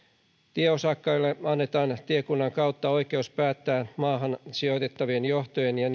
tieosakkaille annetaan tiekunnan kautta oikeus päättää maahan sijoitettavien johtojen ja